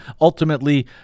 ultimately